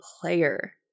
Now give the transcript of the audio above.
player